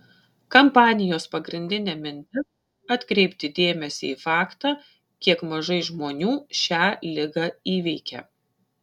kampanijos pagrindinė mintis atkreipti dėmesį į faktą kiek mažai žmonių šią ligą įveikia